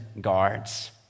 guards